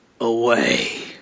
away